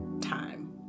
time